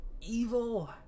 Evil